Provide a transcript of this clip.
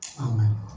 Amen